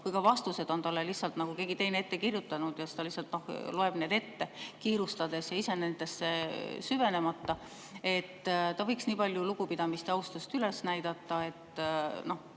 Vastused on talle keegi teine ette kirjutanud ja siis ta lihtsalt loeb need ette, kiirustades ja ise nendesse süvenemata. Ta võiks niipalju lugupidamist ja austust üles näidata. Ühesõnaga,